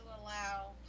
allow